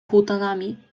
półtonami